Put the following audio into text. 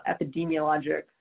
epidemiologic